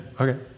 Okay